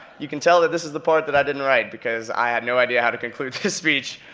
you can tell that this is the part that i didn't write, because i had no idea how to conclude this speech.